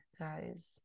guys